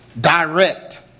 direct